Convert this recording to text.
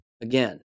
Again